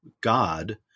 God